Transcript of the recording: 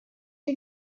two